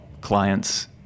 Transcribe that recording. clients